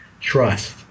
trust